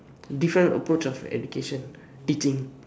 different approach of education teaching